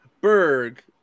Berg